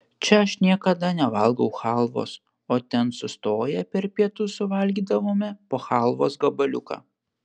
čia aš niekada nevalgau chalvos o ten sustoję per pietus suvalgydavome po chalvos gabaliuką